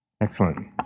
Excellent